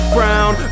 Brown